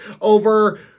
over